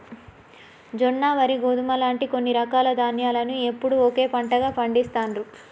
జొన్న, వరి, గోధుమ లాంటి కొన్ని రకాల ధాన్యాలను ఎప్పుడూ ఒకే పంటగా పండిస్తాండ్రు